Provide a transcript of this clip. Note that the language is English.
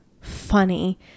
funny